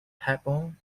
hebron